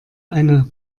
eine